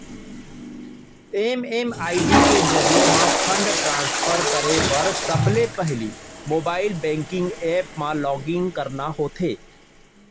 MMID के जरिये म फंड ट्रांसफर करे बर सबले पहिली मोबाइल बेंकिंग ऐप म लॉगिन करना होथे